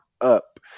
up